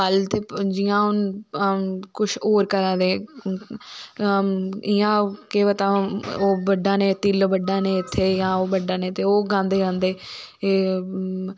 कल ते जियां हून कुश होर करा दे इयां केह् पता ओह् बड्ढा ने तिल बड्ढा ने इत्थे जां ओह् बड्ढा ने ते ओह् गांदे गांदे एह्